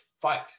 fight